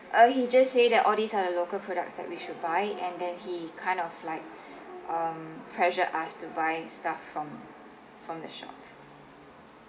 uh he just say that all these are the local products that we should buy and then he kind of like um pressure us to buy stuff from from the shop